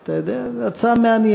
אתה יודע, זו הצעה מעניינת.